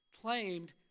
claimed